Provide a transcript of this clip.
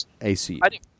ACU